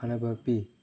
ꯀꯥꯟꯅꯕ ꯄꯤ